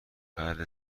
فرد